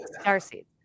Starseed